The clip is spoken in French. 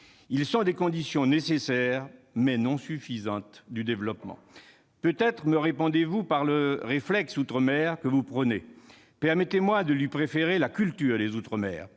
Ils sont des conditions nécessaires, mais non suffisantes du développement. Peut-être me répondrez-vous par le fameux « réflexe outre-mer » que vous prônez. Permettez-moi de lui préférer la « culture des outre-mer